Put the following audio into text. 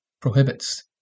prohibits